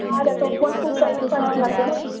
हां त्याचा उपवास खूप कडक करावा लागतो ना तो